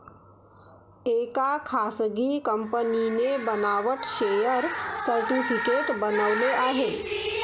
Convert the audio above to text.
एका खासगी कंपनीने बनावट शेअर सर्टिफिकेट बनवले आहे